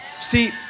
See